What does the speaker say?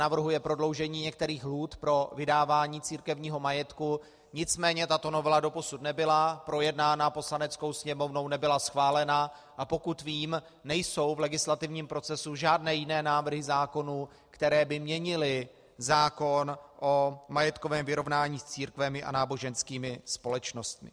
Navrhuje prodloužení některých lhůt pro vydávání církevního majetku, nicméně tato novela doposud nebyla projednána Poslaneckou sněmovnou, nebyla schválena, a pokud vím, nejsou v legislativním procesu žádné jiné návrhy zákonů, které by měnily zákon o majetkovém vyrovnání s církvemi a náboženskými společnostmi.